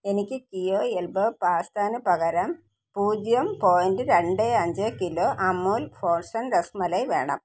എനിക്ക് കിയാ എൽബോ പാസ്തയിന് പകരം പൂജ്യം പോയിൻറ് രണ്ട് അഞ്ച് കിലോ അമുൽ ഫ്രോസൺ രസ്മലായി വേണം